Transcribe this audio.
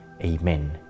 amen